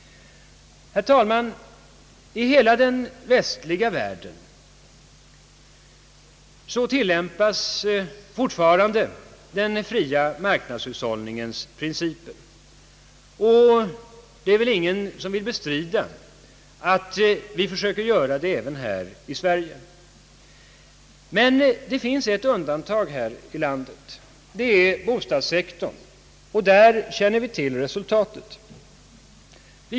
Herr talman! I hela den västliga världen tillämpas fortfarande den fria marknadshushållningens principer, och det är väl ingen som vill bestrida att vi försöker göra det även här i Sverige. Ett område i vårt land utgör dock ett undantag, nämligen bostadssektorn, och vi känner till hur resultatet där blivit.